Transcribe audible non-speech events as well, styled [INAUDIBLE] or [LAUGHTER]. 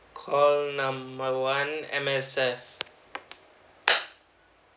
call number one M_S_F [NOISE]